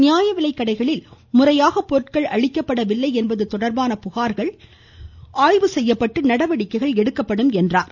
நியாயவிலைக்கடைகளில் முறையாக பொருட்கள் அளிக்கப்படவில்லை என்பது தொடர்பான புகார்கள் முறையாக ஆய்வு செய்யப்பட்டு நடவடிக்கை எடுக்கப்படும் என்றார்